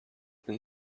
than